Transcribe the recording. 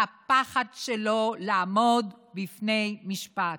הפחד שלו לעמוד בפני משפט.